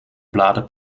bladen